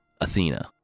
Athena